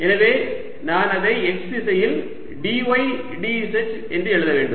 எனவே நான் அதை x திசையில் dy dz என்று எழுத வேண்டும்